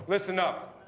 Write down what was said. listen up.